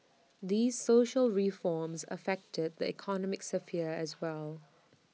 these social reforms affect the economic sphere as well